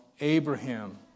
Abraham